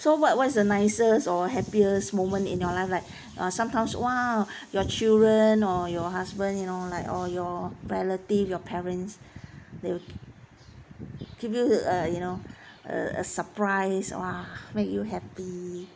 so what what is the nicest or happiest moment in your life like uh sometimes !wow! your children or your husband you know like your relatives your parents they'll give you a you know a surprise !wah! make you happy